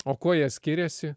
o kuo jie skiriasi